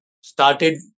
started